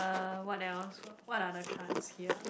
uh what else what what are the cards here